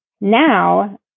Now